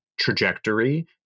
trajectory